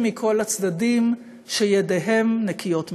מכל הצדדים שידיהם נקיות משחיתות.